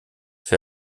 für